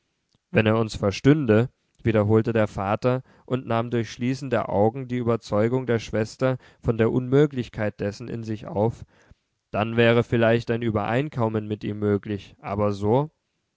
wenn er uns verstünde wiederholte der vater und nahm durch schließen der augen die überzeugung der schwester von der unmöglichkeit dessen in sich auf dann wäre vielleicht ein übereinkommen mit ihm möglich aber so